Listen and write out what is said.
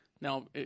Now